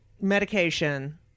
medication